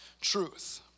truth